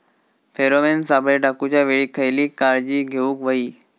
Pheromone सापळे टाकूच्या वेळी खयली काळजी घेवूक व्हयी?